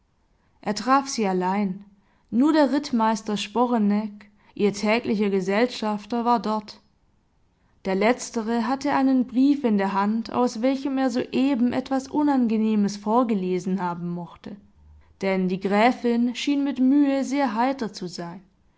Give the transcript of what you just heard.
er traf sie allein nur der rittmeister sporeneck ihr täglicher gesellschafter war dort der letztere hatte einen brief in der hand aus welchem er soeben etwas unangenehmes vorgelesen haben mochte denn die gräfin schien mit mühe sehr heiter zu sein